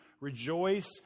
Rejoice